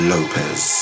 Lopez